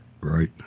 Right